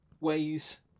ways